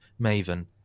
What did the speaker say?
Maven